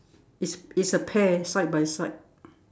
it's it's a pair side by side